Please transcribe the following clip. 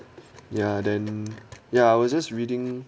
ya then ya I was just reading